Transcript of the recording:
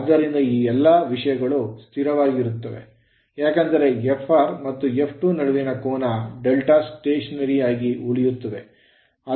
ಆದ್ದರಿಂದ ಈ ಎಲ್ಲಾ ವಿಷಯಗಳು ಸ್ಥಿರವಾಗಿರುತ್ತವೆ ಏಕೆಂದರೆ Fr ಮತ್ತು F2ನಡುವಿನ ಕೋನ delta ಸ್ಟೇಷನರಿಯಾಗಿ ಉಳಿಯುತ್ತದೆ